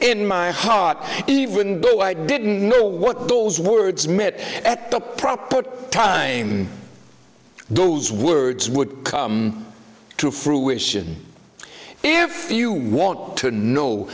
in my heart even but i didn't know what those words met at the proper time those words would come to fruition if you want to know